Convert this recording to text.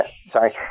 sorry